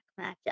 matchup